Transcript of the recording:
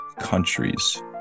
countries